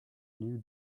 new